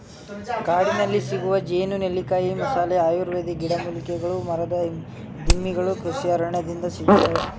ಕಾಡಿನಲ್ಲಿಸಿಗುವ ಜೇನು, ನೆಲ್ಲಿಕಾಯಿ, ಮಸಾಲೆ, ಆಯುರ್ವೇದಿಕ್ ಗಿಡಮೂಲಿಕೆಗಳು ಮರದ ದಿಮ್ಮಿಗಳು ಕೃಷಿ ಅರಣ್ಯದಿಂದ ಸಿಗುತ್ತದೆ